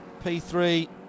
P3